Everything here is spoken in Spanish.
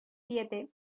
siete